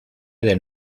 del